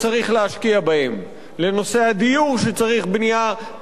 לנושא הדיור שצריך בנייה תקציבית בהיקפים גדולים.